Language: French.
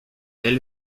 elle